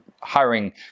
hiring